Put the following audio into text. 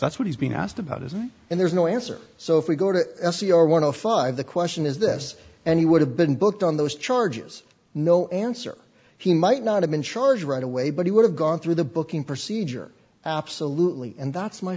what he's being asked about isn't and there's no answer so if we go to s c r one hundred five the question is this and he would have been booked on those charges no answer he might not have been charged right away but he would have gone through the booking procedure absolutely and that's my